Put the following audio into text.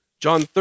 John